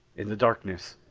in the darkness,